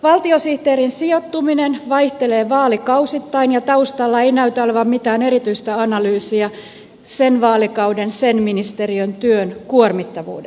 valtiosihteerin sijoittuminen vaihtelee vaalikausittain ja taustalla ei näytä olevan mitään erityistä analyysiä sen vaalikauden sen ministeriön työn kuormittavuudesta